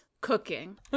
cooking